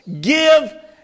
Give